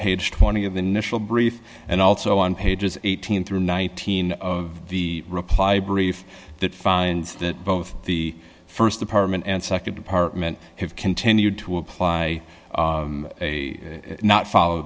page twenty of initial brief and also on pages eighteen through nineteen of the reply brief that finds that both the st department and nd department have continued to apply a not follow